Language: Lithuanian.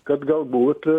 kad galbūt